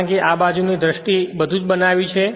કારણ કે આ બાજુની દ્રષ્ટિએ બધું જ બનાવ્યું છે